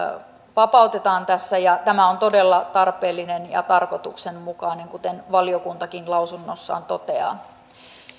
vapautetaan tässä ja tämä on todella tarpeellinen ja tarkoituksenmukainen kuten valiokuntakin lausunnossaan toteaa